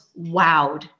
wowed